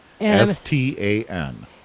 S-T-A-N